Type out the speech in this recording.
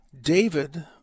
David